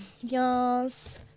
yes